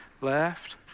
Left